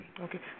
Okay